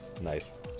Nice